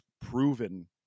proven